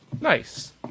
Nice